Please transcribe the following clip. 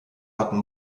hatten